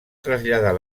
traslladar